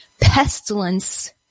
pestilence